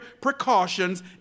precautions